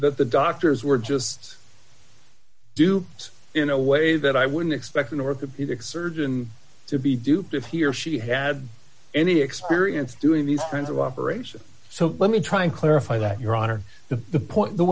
that the doctors were just duped in a way that i wouldn't expect an orthopedic surgeon to be duped if he or she had any experience doing these kinds of operations so let me try and clarify that your honor to the point the